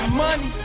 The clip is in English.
money